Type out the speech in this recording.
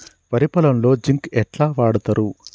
వరి పొలంలో జింక్ ఎట్లా వాడుతరు?